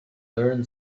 learn